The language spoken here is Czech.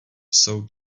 jsou